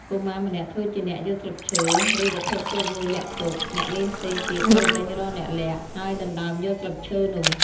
កុមារម្នាក់ធ្វើជាអ្នកយកស្លឹកឈើ ឬវត្ថុតូចមួយលាក់ទុក អ្នកលេងផ្សេងទៀតត្រូវដេញរកអ្នកលាក់ ហើយដណ្តើមយកស្លឹកឈើនោះ ។